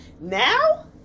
Now